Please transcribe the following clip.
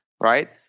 Right